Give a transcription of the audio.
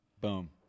Boom